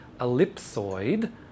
ellipsoid